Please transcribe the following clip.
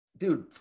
Dude